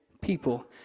people